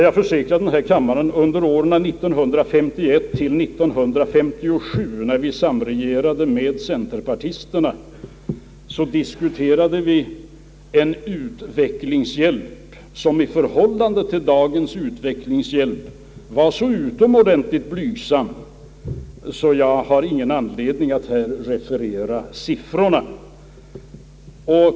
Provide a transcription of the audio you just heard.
Jag försäkrar denna kammare att vi under åren 1951—1957, när vi samregerade med centerpartisterna, diskuterade en utvecklingshjälp som var så utomordentligt blygsam i förhållande till dagens utvecklingshjälp, att jag inte har någon anledning att här referera siffrorna.